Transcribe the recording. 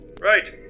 right